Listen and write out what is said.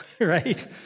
right